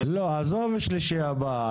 לא, עזוב שלישי הבא.